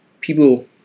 People